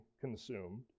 consumed